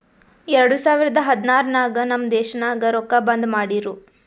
ಎರಡು ಸಾವಿರದ ಹದ್ನಾರ್ ನಾಗ್ ನಮ್ ದೇಶನಾಗ್ ರೊಕ್ಕಾ ಬಂದ್ ಮಾಡಿರೂ